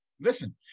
Listen